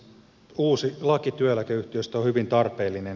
uusi laki työeläkeyhtiöistä on hyvin tarpeellinen